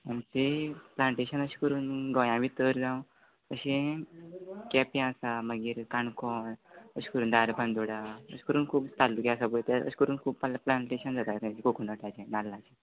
आमचें प्लांटेशन अशें करून गोंया भितर जावं अशें केंप्यां आसा मागीर काणकोण अशें करून दारबांदोडा अशें करून खूब तालुके आसा पळय त्या अशें करून खूब पाल्ल प्लांटेशन जाता ताजें कोकनटाचें नाल्लाचें